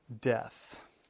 death